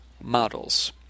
models